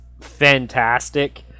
fantastic